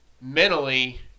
mentally